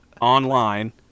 online